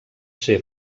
ser